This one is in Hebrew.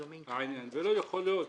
לא יכול להיות